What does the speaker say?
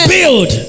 build